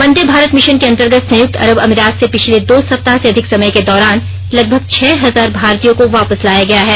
वंदे Bharat mission के अन्तर्गत संयुक्त अरब अमारात से पिछले दो सप्ताह से अधिक समय के दौरान लगभग छह हजार भारतीयों को वापस लाया गया है